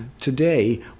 Today